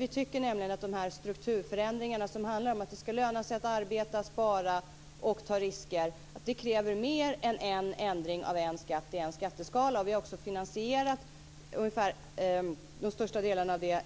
Vi tycker nämligen att de strukturförändringar som handlar om att det skall löna sig att arbeta, spara och ta risker kräver mer än ändringen av en skatt i en skatteskala. Vi har finansierat de största delarna av det